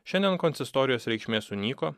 šiandien konsistorijos reikšmė sunyko